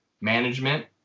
management